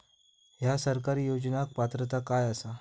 हया सरकारी योजनाक पात्रता काय आसा?